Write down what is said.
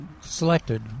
selected